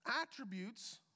attributes